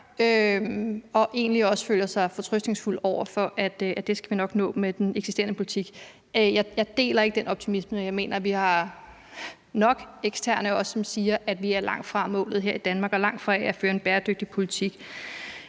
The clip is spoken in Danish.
han egentlig også føler sig fortrøstningsfuld over for, at vi nok skal nå det med den eksisterende politik. Jeg deler ikke den optimisme. Jeg mener også, at vi har nok eksterne, som siger, at vi her i Danmark er langt fra målet, og at vi er langt fra at føre en bæredygtig politik.